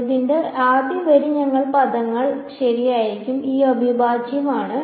ഇതിന്റെ ആദ്യ വരി ഈ പദങ്ങൾ ശരിയായിരിക്കും ഈ അവിഭാജ്യമാണ്